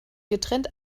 getrennt